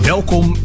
Welkom